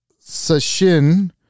Sashin